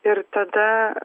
ir tada